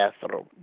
bathroom